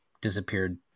disappeared